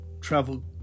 Travel